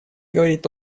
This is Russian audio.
говорит